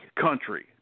country